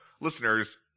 listeners